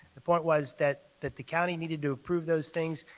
the point was that that the county needed to approve those things,